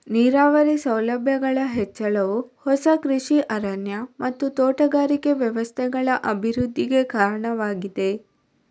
ನೀರಾವರಿ ಸೌಲಭ್ಯಗಳ ಹೆಚ್ಚಳವು ಹೊಸ ಕೃಷಿ ಅರಣ್ಯ ಮತ್ತು ತೋಟಗಾರಿಕೆ ವ್ಯವಸ್ಥೆಗಳ ಅಭಿವೃದ್ಧಿಗೆ ಕಾರಣವಾಗಿದೆ